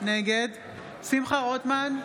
נגד שמחה רוטמן,